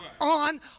on